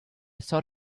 sort